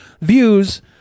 views